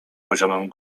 poziomem